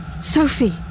Sophie